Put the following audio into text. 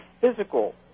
physical